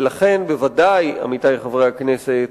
ולכן בוודאי, עמיתי חברי הכנסת,